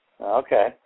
Okay